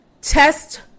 test